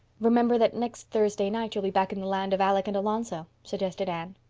remember that next thursday night, you'll be back in the land of alec and alonzo, suggested anne.